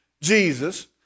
Jesus